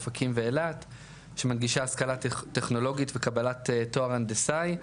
אופקים ואילת שמנגישה השכלה טכנולוגית וקבלת תואר הנדסאי,